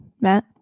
matt